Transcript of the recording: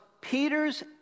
Peter's